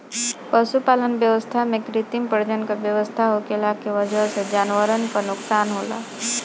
पशुपालन व्यवस्था में कृत्रिम प्रजनन क व्यवस्था होखला के वजह से जानवरन क नोकसान होला